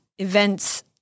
events